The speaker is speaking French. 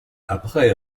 après